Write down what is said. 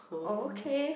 !huh!